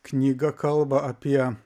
knyga kalba apie